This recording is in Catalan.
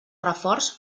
reforç